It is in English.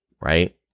right